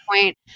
point